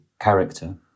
character